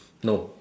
no